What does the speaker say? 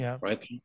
right